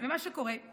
מה שקורה הוא